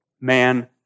man